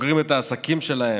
סוגרים את העסקים שלהם,